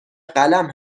قلم